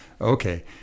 okay